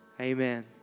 amen